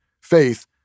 Faith